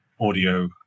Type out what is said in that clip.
audio